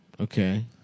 okay